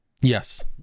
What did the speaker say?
Yes